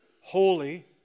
Holy